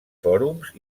fòrums